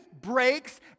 breaks